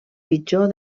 pitjor